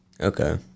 Okay